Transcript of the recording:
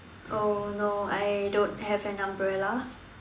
oh no I don't have an umbrella